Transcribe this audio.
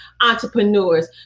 entrepreneurs